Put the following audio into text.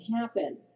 happen